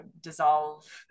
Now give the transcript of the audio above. dissolve